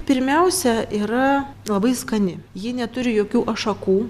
pirmiausia yra labai skani ji neturi jokių ašakų